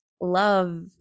love